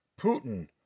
Putin